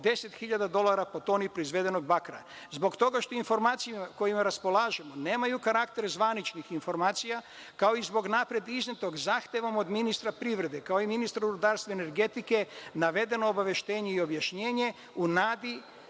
10.000 dolara po toni proizvedenog bakra, zbog toga što informacijama, kojima raspolažemo, nemaju karakter zvaničnih informacija, kao i zbog napred iznetog zahtevom od ministra privrede, kao i ministra rudarstva i energetike, navedeno obaveštenje i objašnjenje u nadi